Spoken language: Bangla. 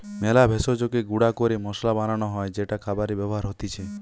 মেলা ভেষজকে গুঁড়া ক্যরে মসলা বানান হ্যয় যেটা খাবারে ব্যবহার হতিছে